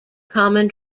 common